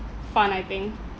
fun I think